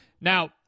Now